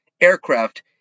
aircraft